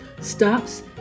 stops